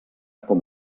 com